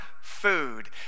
food